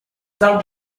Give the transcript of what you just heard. quoi